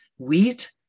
Wheat